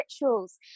rituals